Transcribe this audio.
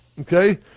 Okay